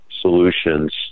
solutions